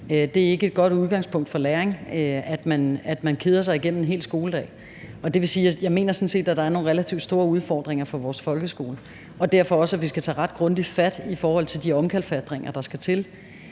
det er ikke et godt udgangspunkt for læring, at man keder sig igennem en hel skoledag. Og det vil sige, at jeg sådan set mener, at der er nogle relativt store udfordringer for vores folkeskole, og derfor også, at vi skal tage ret grundigt fat i forhold til de omkalfatringer, der skal til.